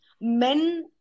men